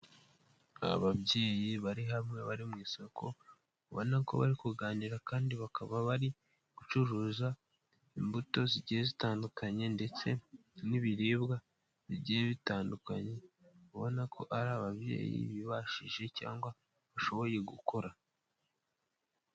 Ababyeyi bari hamwe bari mu isoko ubona ko bari kuganira kandi bakaba bari gucuruza imbuto zigiye zitandukanye ndetse n'ibiribwa bigiye bitandukanye, ubona ko ari ababyeyi bibashije cyangwa bashoboye gukora.